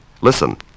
Listen